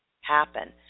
happen